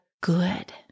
good